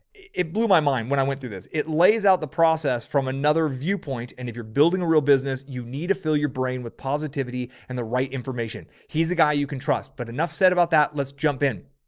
it blew my mind. when i went through this, it lays out the process from another viewpoint. and if you're building a real business, you need to fill your brain with positivity and the right information. he's the guy you can trust. but enough enough said about that. let's jump in.